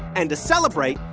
and to celebrate,